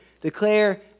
Declare